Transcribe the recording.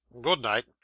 good-night